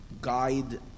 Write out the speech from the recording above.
guide